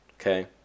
Okay